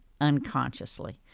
unconsciously